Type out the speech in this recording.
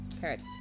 correct